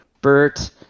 Bert